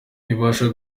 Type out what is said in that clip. ntabasha